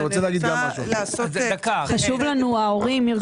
אני חושבת שיש פה צדק בשני החלקים.